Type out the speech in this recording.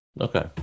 Okay